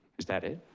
is that it?